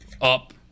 up